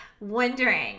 wondering